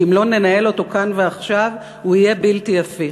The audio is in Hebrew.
שאם לא ננהל אותו כאן ועכשיו זה יהיה בלתי הפיך.